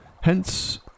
hence